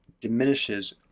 diminishes